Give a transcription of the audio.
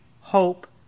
hope